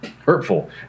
hurtful